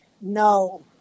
No